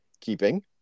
keeping